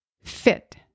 fit